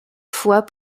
fois